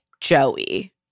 Joey